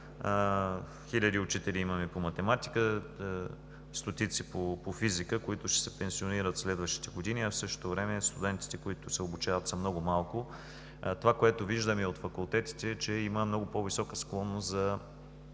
Хиляди учители имаме по математика, стотици по физика, които ще се пенсионират в следващите години, а в същото време студентите, които се обучават, са много малко. Това, което виждаме от факултетите, е, че има много по-висока склонност за